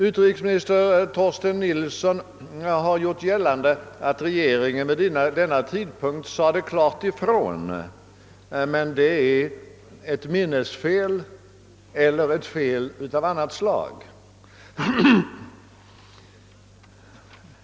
Utrikesminister Torsten Nilsson har gjort gällande att regeringen vid denna tidpunkt sade klart ifrån, men det är ett minnesfel eller ett fel av annat slag.